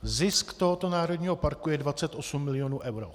Zisk tohoto národního parku je 28 milionů eur.